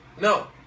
No